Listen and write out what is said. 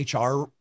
HR